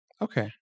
Okay